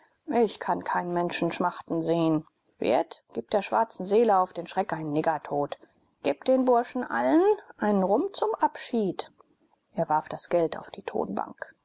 ich kann keinen menschen schmachten sehen wirt gib der schwarzen seele auf den schreck einen niggertod gib den burschen allen einen rum zum abschied er warf das geld auf die tonbank